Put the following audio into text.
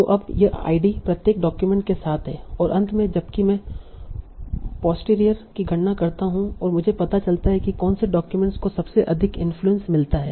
तो अब यह आईडी प्रत्येक डॉक्यूमेंट के साथ है और अंत में जबकि मैं पोस्टीरियर की गणना करता हूं मुझे पता चलता है कि कौन से डाक्यूमेंट्स को सबसे अधिक इन्फ्लुएंस मिलता है